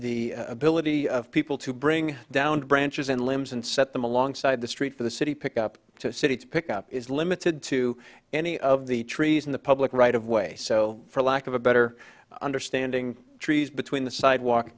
the ability of people to bring downed branches and limbs and set them alongside the street for the city pick up city to pick up is limited to any of the trees in the public right of way so for lack of a better understanding trees between the sidewalk